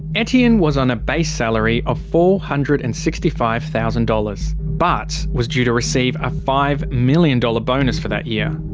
etienne was on a base salary of four hundred and sixty five thousand dollars but was due to receive a five million dollars bonus for that year.